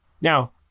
Now